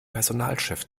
personalchef